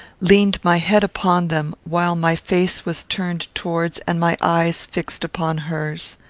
leaned my head upon them, while my face was turned towards and my eyes fixed upon hers.